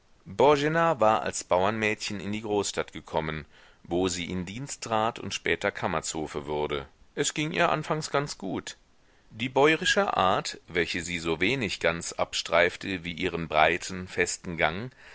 war als bauernmädchen in die großstadt gekommen wo sie in dienst trat und später kammerzofe wurde es ging ihr anfangs ganz gut die bäurische art welche sie so wenig ganz abstreifte wie ihren breiten festen gang